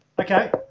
Okay